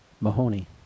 Mahoney